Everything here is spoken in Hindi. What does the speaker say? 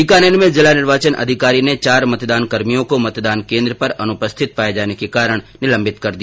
बीकानेर में जिला निर्वाचन अधिकारी ने चार मतदानकर्मियों को मतदान केन्द्र पर अनुपस्थित पाये जाने के कारण निलंबित कर दिया